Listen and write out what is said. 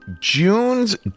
June's